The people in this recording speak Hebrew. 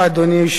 אדוני היושב-ראש,